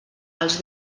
els